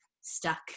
stuck